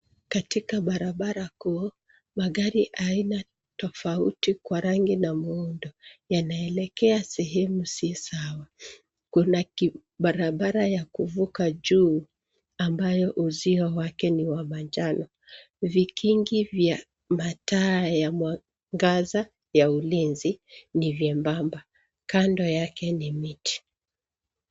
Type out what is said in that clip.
Katika barabara kuu, magari aina tofauti kwa rangi na muundo yanaelekea sehemu si sawa. Kuna barabara ya kuvuka juu ambayo uzio wake ni wa manjano. Vikingi vya mataa ya mwangaza ya ulinzi ni vyembamba. Kando yake ni miti.